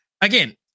Again